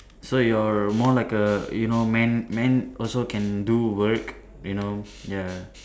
so you're more like a you know man man also can do work you know ya